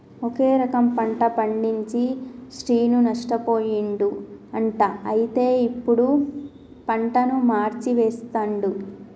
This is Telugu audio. ఒకే రకం పంట పండించి శ్రీను నష్టపోయిండు అంట అయితే ఇప్పుడు పంటను మార్చి వేస్తండు